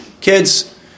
Kids